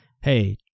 Hey